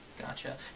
Gotcha